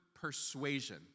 persuasion